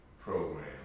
program